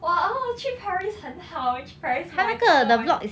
!wah! 去 paris 很好去 paris 买这个买